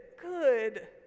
Good